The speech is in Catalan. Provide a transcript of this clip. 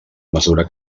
mesura